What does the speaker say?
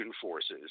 forces